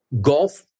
golf